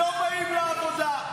לא באים לעבודה.